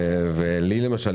לי למשל,